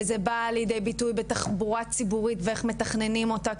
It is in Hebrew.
וזה בא לידי ביטוי בתחבורה ציבורית ואיך מתכננים אותה,